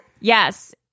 Yes